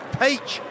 peach